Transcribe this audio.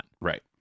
right